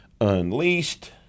unleashed